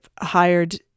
hired